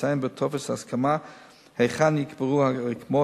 לציין בטופס ההסכמה היכן ייקברו הרקמות,